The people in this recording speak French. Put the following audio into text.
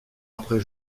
après